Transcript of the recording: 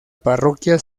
parroquia